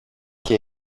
και